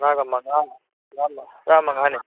ꯇꯔꯥꯒ ꯃꯉꯥ ꯇꯔꯥ ꯃꯉꯥꯅꯤ